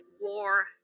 war